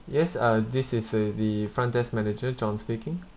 yes uh this is the the front desk manager john speaking